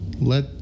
Let